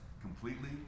completely